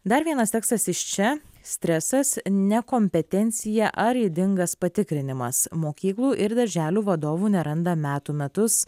dar vienas tekstas iš čia stresas nekompetencija ar ydingas patikrinimas mokyklų ir darželių vadovų neranda metų metus